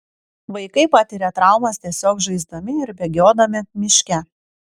vaikai patiria traumas tiesiog žaisdami ir bėgiodami miške